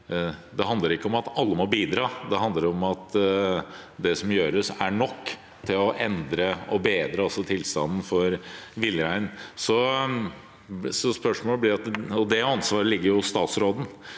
det handler ikke om at alle må bidra. Det handler om at det som gjøres, er nok til å endre og bedre tilstanden for villreinen. Det ansvaret ligger hos statsråden.